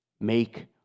Make